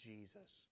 Jesus